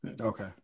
Okay